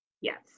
Yes